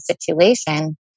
situation